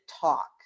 talk